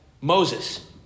Moses